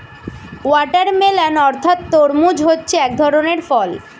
watermelon অর্থাৎ তরমুজ হচ্ছে এক ধরনের ফল